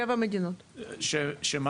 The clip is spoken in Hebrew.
שמה?